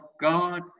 God